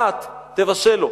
תבשל לו.